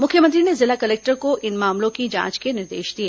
मुख्यमंत्री ने जिला कलेक्टर को इन मामलों की जांच के निर्देश दिए